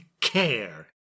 care